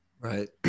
Right